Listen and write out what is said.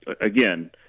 Again